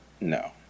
No